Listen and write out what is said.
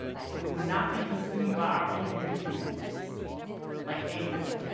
so we would not be consumed by our own inner demons like anger,